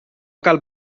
cal